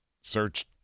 Search